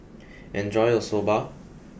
enjoy your Soba